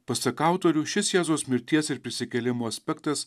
pasak autorių šis jėzaus mirties ir prisikėlimo aspektas